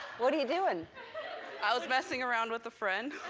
what are you doing? i was messing around with a friend.